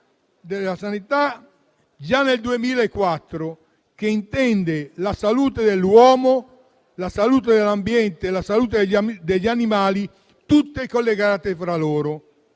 della sanità già nel 2004, che intende la salute dell'uomo, quella dell'ambiente e quella degli animali tutte collegate fra loro.